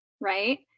right